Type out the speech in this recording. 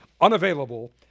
unavailable